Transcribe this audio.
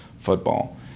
football